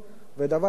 דבר שני,